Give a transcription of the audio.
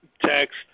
text